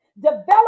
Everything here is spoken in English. Develop